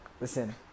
listen